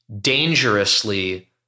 dangerously